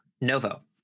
novo